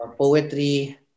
Poetry